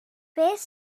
beth